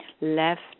left